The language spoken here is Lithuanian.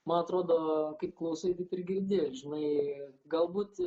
man atrodo kaip klausai taip ir girdi žinai galbūt